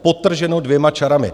Podtrženo dvěma čarami.